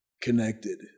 connected